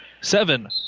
seven